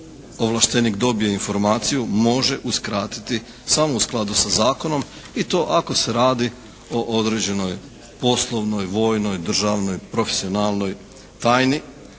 ovlaštenik dobije informaciju može uskratiti samo u skladu sa zakonom i to ako se radi o određenoj poslovnoj, vojnoj, državnoj, profesionalnoj tajni.